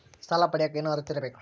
ಸಾಲ ಪಡಿಯಕ ಏನು ಅರ್ಹತೆ ಇರಬೇಕು?